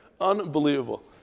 Unbelievable